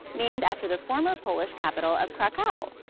named after the former polish capital of krakow.